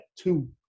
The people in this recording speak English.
two